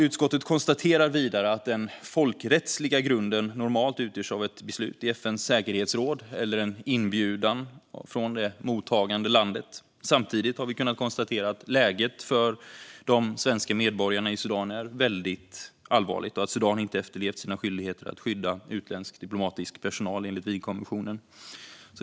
Utskottet konstaterar vidare att den folkrättsliga grunden normalt utgörs av ett beslut i FN:s säkerhetsråd eller en inbjudan från det mottagande landet. Samtidigt har vi kunnat konstatera att läget för de svenska medborgarna i Sudan är väldigt allvarligt och att Sudan inte efterlevt sina skyldigheter att skydda utländsk diplomatisk personal enligt Wienkonventionen.